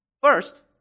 First